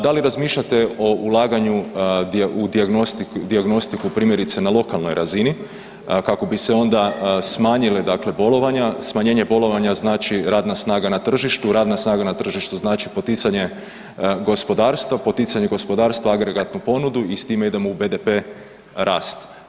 Da li razmišljate o ulaganju u dijagnostiku, primjerice na lokalnoj razini kako bi se onda smanjile dakle bolovanja, smanjenje bolovanja znači radna snaga na tržištu, radna snaga na tržištu znači poticanje gospodarstva, poticanje gospodarstva agregatnu ponudu i s time idemo u BDP rast.